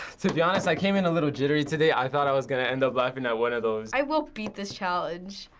to be honest, i came in a little jittery today. i thought i was gonna end up laughing at one of those. i will beat this challenge